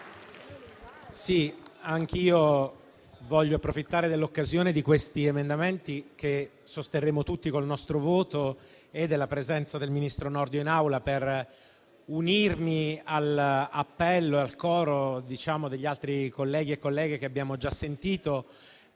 anch'io desidero approfittare dell'occasione offerta da questi emendamenti, che sosterremo tutti col nostro voto, e della presenza in Aula del ministro Nordio, per unirmi all'appello e al coro degli altri colleghi e colleghe che abbiamo già sentito.